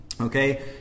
Okay